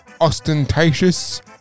Ostentatious